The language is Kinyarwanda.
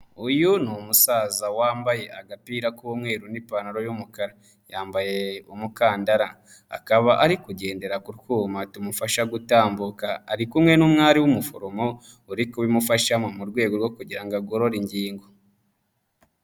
Uyu ni umusaza wambaye agapira k'umweru n'ipantaro y'umukara yambaye umukandara, akaba ari kugendera ku twuma tumufasha gutambuka, ari kumwe n'umwari w'umuforomo uri kubimufasha mu rwego rwo kugira ngo agorore ingingo.